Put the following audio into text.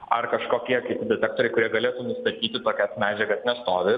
ar kažkokie kiti detektoriai kurie galėtų nustatyti tokias medžiagas nestovi